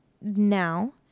now